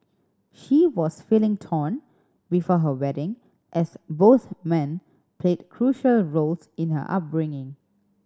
she was feeling torn before her wedding as both men played crucial roles in her upbringing